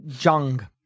Jung